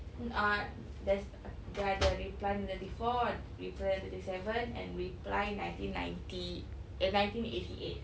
um ah there's dia ada reply nineteen ninety four reply nineteen ninety seven and reply nineteen ninety eh nineteen eighty eight